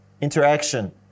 interaction